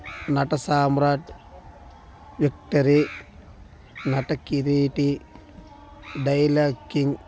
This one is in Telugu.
నట సామ్రాట్ విక్టరీ నటకిరీటి డైలాగ్ కింగ్